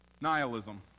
nihilism